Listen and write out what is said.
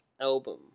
Album